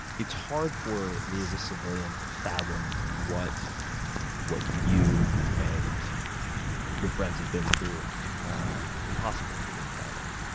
it's hard for me as a civilian to fathom what what you and your friends have been through ah impossible for me to fathom.